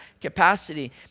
capacity